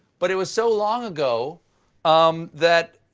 but it was so long ago um that,